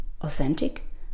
authentic